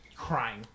Crying